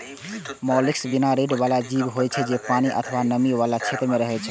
mollusc बिना रीढ़ बला जीव होइ छै, जे पानि अथवा नमी बला क्षेत्र मे रहै छै